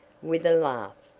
with a laugh.